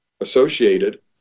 associated